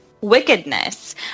wickedness